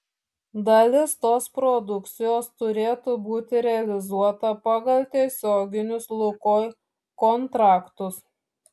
dalis tos produkcijos turėtų būti realizuota pagal tiesioginius lukoil kontraktus